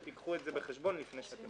ותיקחו את זה בחשבון לפני שאתם